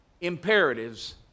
imperatives